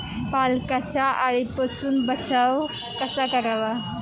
पालकचा अळीपासून बचाव कसा करावा?